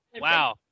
wow